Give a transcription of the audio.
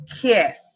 Kiss